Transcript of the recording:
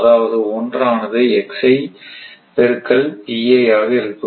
அதாவது 1 ஆனது பெருக்கல் ஆகும்